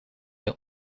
een